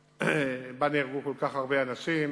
שבה נהרגו כל כך הרבה אנשים.